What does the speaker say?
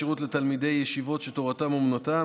4. חוק איסור קבלת ביטחונות מעובד,